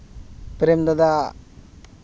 ᱯᱨᱮᱹᱢ ᱫᱟᱫᱟᱣᱟᱜ